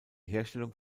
herstellung